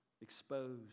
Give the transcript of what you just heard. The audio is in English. exposed